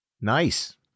Nice